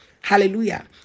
Hallelujah